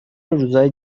روزهای